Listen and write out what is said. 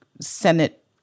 Senate